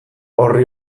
orri